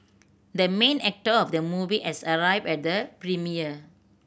the main actor of the movie as arrived at the premiere